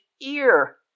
ear